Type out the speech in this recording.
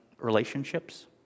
relationships